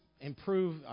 improve